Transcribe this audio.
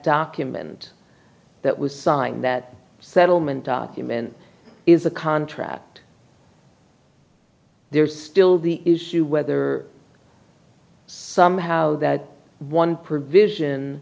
document that was signed that settlement document is a contract there's still the issue whether somehow that one provision